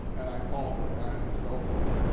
and i called the guy on his cell phone